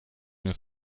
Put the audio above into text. nos